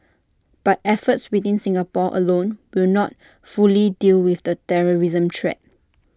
but efforts within Singapore alone will not fully deal with the terrorism threat